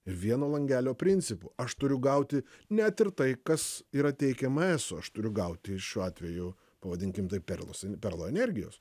vieno langelio principu aš turiu gauti net ir tai kas yra teikiama eso aš turiu gauti šiuo atveju pavadinkim tai perlas ant perlo energijos